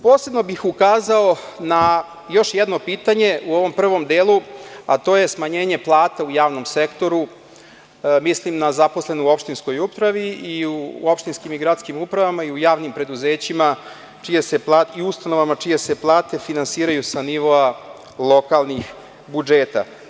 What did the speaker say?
Posebno bih ukazao na još jedno pitanje u ovom prvom delu, a to je smanjenje plata u javnom sektoru, mislim na zaposlene u opštinskoj upravi i opštinskim i gradskim upravama i u javnim preduzećima čije se plate finansiraju sa nivoa lokalnih budžeta.